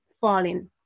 falling